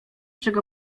czego